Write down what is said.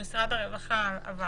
עברנו.